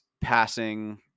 passing